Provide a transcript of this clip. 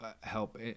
help